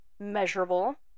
measurable